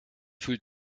fühlt